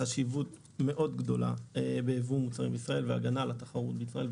חשיבות מאוד גדולה ביבוא מוצרים לישראל ובהגנה על התחרות בישראל,